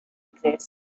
exist